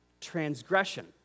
transgression